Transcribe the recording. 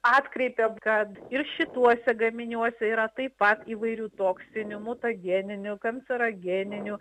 atkreipė kad ir šituose gaminiuose yra taip pat įvairių toksinių mutageninių kancerogeninių